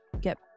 get